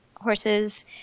horses